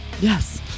Yes